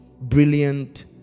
brilliant